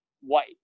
white